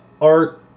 art